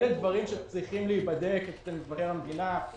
אלה דברים שצריכים להיבדק על ידי מבקר המדינה,